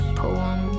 poem